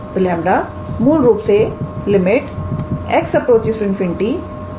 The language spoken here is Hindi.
तो 𝜆 मूल रूप से x∞ 𝑥 𝜇𝑓𝑥 है